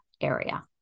area